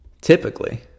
Typically